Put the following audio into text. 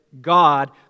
God